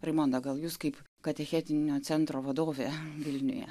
raimonda gal jūs kaip katechetinio centro vadovė vilniuje